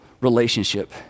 relationship